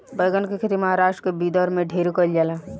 बैगन के खेती महाराष्ट्र के विदर्भ में ढेरे कईल जाला